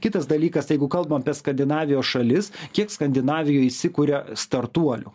kitas dalykas jeigu kalba skandinavijos šalis kiek skandinavijoj įsikuria startuolių